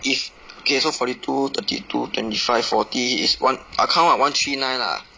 if okay so forty two thirty two twenty five forty is one I count ah one three nine lah